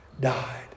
died